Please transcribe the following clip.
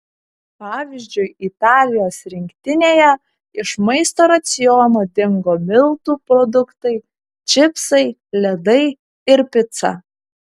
pavyzdžiui italijos rinktinėje iš maisto raciono dingo miltų produktai čipsai ledai ir pica